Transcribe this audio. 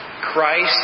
Christ